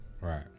Right